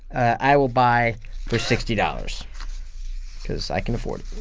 i will buy for sixty dollars cause i can afford it